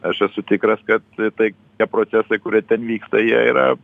aš esu tikras kad tai tie procesai kurie ten vyksta jie yra